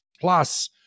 plus